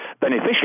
beneficial